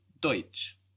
Deutsch